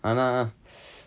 ஆனா:aanaa